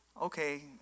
Okay